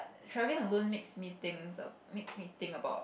traveling alone makes me think makes me think about